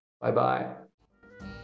Bye-bye